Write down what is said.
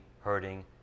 hurting